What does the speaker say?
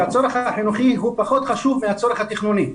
שהצורך החינוכי הוא פחות חשוב מהצורך התכנוני,